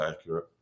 accurate